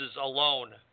alone